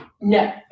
No